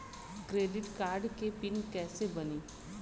Credit card के PIN कैसे बनी?